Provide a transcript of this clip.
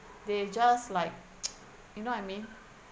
they just like you know what I mean